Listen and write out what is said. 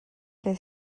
que